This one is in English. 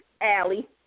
Allie